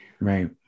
Right